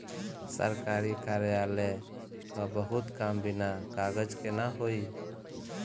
सरकारी कार्यालय क बहुते काम बिना कागज के ना होई